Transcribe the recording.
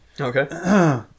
Okay